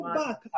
back